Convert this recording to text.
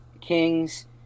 Kings